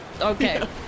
Okay